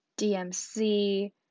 DMC